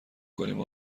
کنیم